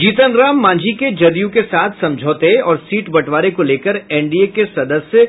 जीतन राम मांझी के जदयू के साथ समझौते और सीट बंटवारे को लेकर एनडीए के सदस्य